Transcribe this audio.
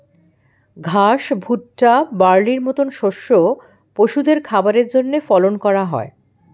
ঘাস, ভুট্টা, বার্লির মত শস্য পশুদের খাবারের জন্যে ফলন করা হয়